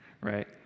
right